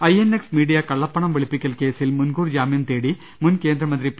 INX media കള്ളപ്പണം വെളുപ്പിക്കൽ കേസിൽ മുൻകൂർ ജാമൃം തേടി മുൻകേന്ദ്രമന്ത്രി പി